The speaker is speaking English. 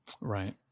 Right